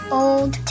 old